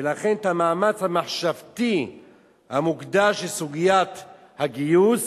ולכן את המאמץ המחשבתי המוקדש לסוגיית הגיוס